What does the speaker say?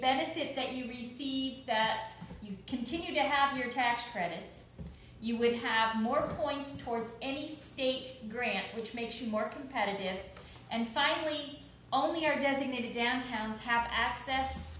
benefit that you receive that you continue to have your tax credits you will have more points towards any state grant which makes you more competitive and finally all here getting the downtowns have access